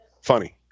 Funny